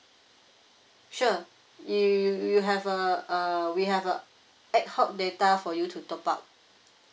sure you you have a uh we have a ad hoc data for you to top up